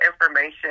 information